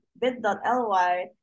bit.ly